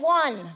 one